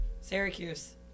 syracuse